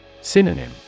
Synonym